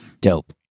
Dope